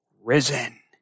risen